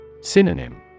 Synonym